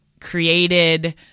created